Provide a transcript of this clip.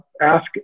ask